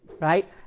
right